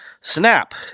Snap